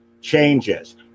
changes